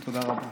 תודה רבה.